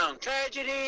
Tragedy